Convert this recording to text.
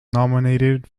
nominated